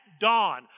dawn